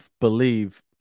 believe